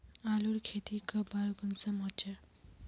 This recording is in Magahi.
आलूर खेती कब आर कुंसम होचे?